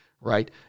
right